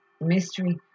mystery